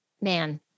man